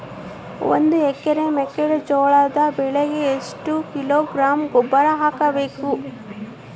ಒಂದು ಎಕರೆ ಮೆಕ್ಕೆಜೋಳದ ಬೆಳೆಗೆ ಎಷ್ಟು ಕಿಲೋಗ್ರಾಂ ಗೊಬ್ಬರ ಹಾಕಬೇಕು?